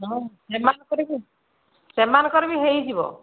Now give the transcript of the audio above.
ହଁ ସେମାନଙ୍କର ବି ସେମାନଙ୍କର ବି ହୋଇଯିବ